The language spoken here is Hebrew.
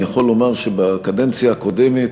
אני יכול לומר שבקדנציה הקודמת